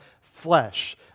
flesh